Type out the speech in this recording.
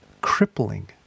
crippling